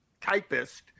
typist